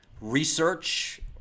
research